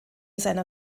seiner